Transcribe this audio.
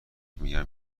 میگه